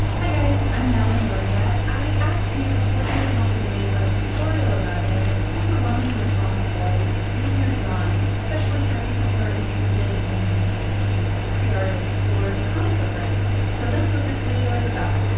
hi guys, i'm natalie nourigat. i asked you what you would want me to make a tutorial about and the overwhelming response was figure drawing. especially for people who are interested in being a story artist or a comic book artist. so that's what this video is about.